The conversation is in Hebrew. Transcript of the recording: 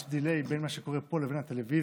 יש עיכוב בין מה שקורה כאן לבין הטלוויזיה.